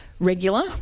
regular